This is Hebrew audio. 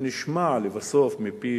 עמדה